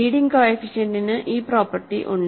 leading കോഫിഫിഷ്യന്റിനു ഈ property ഉണ്ട്